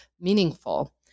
meaningful